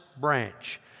branch